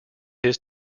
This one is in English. his